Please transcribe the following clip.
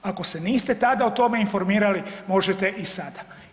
Ako se niste tada o tome informirali možete i sada.